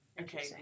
Okay